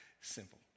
Simple